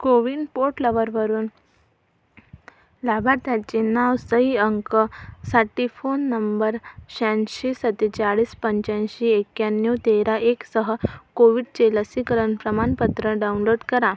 कोविन पोटलवरवरून लाभार्थ्याचे नाव सई अंक साठी फोन नंबर शहाऐंशी सत्तेचाळीस पंच्याऐंशी एक्याण्णव तेरा एकसह कोविडचे लसीकरण प्रमाणपत्र डाउनलोट करा